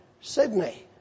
Sydney